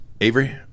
Avery